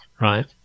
Right